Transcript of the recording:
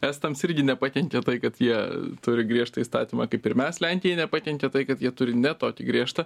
estams irgi nepakenkė tai kad jie turi griežtą įstatymą kaip ir mes lenkijai nepakenkė tai kad jie turi ne tokį griežtą